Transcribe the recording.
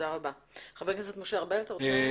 חבר הכנסת משה ארבל, בבקשה.